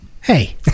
Hey